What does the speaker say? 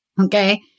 Okay